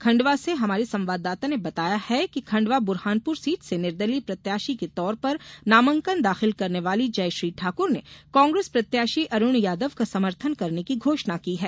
खंडवा से हमारे संवाददाता ने बताया है कि खंडवा बुरहानपुर सीट से निर्दलीय प्रत्याशी के तौर पर नामांकन दाखिल करने वाली जयश्री ठाकुर ने कांग्रेस प्रत्याशी अरूण यादव का समर्थन करने की घोषण की है